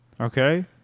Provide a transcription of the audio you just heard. Okay